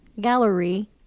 gallery